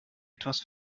etwas